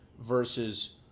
versus